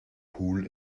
pool